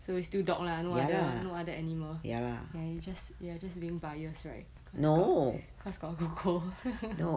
so you still dog lah no other no other animal ya you just you are just being biased right cause got cause got coco